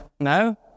No